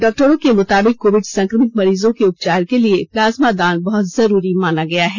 डॉक्टरों के मुताबिक कोविड संक्रमित मरीजों के उपचार के लिए प्लाजमा दान बहुत जरूरी माना गया है